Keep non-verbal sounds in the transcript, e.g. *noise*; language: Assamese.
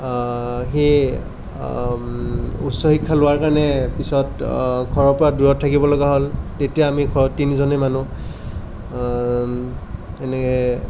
সি উচ্চ শিক্ষা লোৱা কাৰণে পিছত ঘৰৰ পৰা দূৰত থাকিব লগা হ'ল তেতিয়া আমি ঘৰত তিনিজনেই মানুহ *unintelligible*